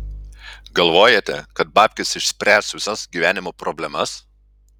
galvojate kad babkės išspręs visas gyvenimo problemas